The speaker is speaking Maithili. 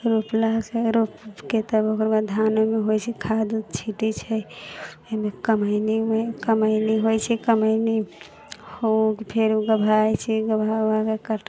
रोपलासँ रोपिकऽ तकर बाद धान ओहिमे होइ छै खाद उद छिटै छै एहिमे कमेनीमे कमेनी होइ छै कमेनी होके फेर गबहा होइ छै गबहा उबहाके कट